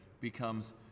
becomes